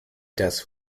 deaths